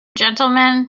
gentlemen